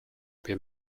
wir